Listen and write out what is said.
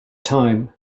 time